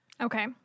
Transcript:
Okay